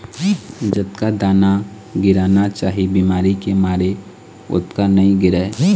जतका दाना गिरना चाही बिमारी के मारे ओतका नइ गिरय